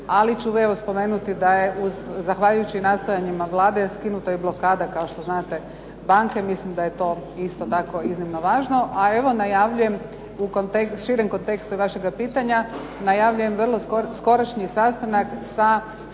ali spomenut ću da nastojanjima Vlade skinuta je blokada banke. Mislim da je to iznimno važno. A evo najavljujem u širem kontekstu vašega pitanja, najavljujem vrlo skorašnji sastanak sa svima